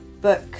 book